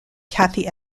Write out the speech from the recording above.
kathy